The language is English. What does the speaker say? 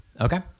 okay